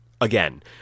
Again